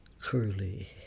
curly